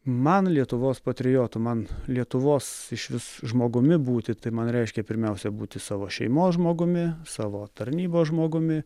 man lietuvos patriotu man lietuvos išvis žmogumi būti tai man reiškia pirmiausia būti savo šeimos žmogumi savo tarnybos žmogumi